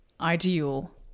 ideal